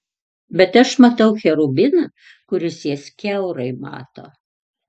bet aš matau cherubiną kuris jas kiaurai mato